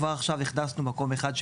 כבר עכשיו הכנסנו מקום אחד,